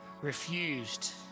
refused